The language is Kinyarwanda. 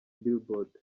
billboard